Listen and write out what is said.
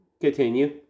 continue